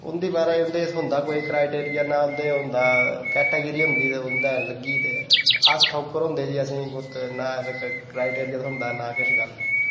उं'दे म्हाराज होंदा कोई क्राईटेरिया ना उं'दे कश कैटेगरी होंदी ते उं'दे लग्गी गेदे अस ठाकुर होंदे जी ना असेंगी क्राईटेरिया थ्होंदा ना किश